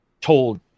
told